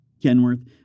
Kenworth